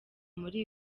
muri